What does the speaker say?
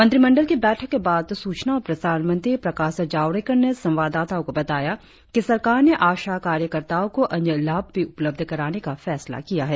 मंत्रिमंडल की बैठक के बाद सूचना और प्रसारण मंत्री प्रकाश जावड़ेकर ने संवाददाताओं को बताया कि सरकार ने आशा कार्यकर्ताओं को अन्य लाभ भी उपलब्ध कराने का फैसला किया है